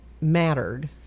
mattered